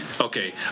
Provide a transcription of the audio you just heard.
Okay